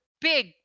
big